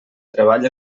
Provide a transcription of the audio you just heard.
treball